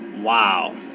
Wow